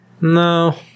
No